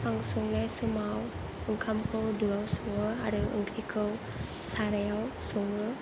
आं संनाय समाव ओंखामखौ दोआव सङो आरो ओंख्रिखौ सारायाव सङो